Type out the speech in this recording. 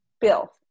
Bill